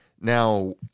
Now